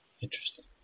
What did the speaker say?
Interesting